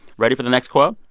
ready for the next quote?